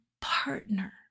partner